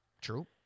True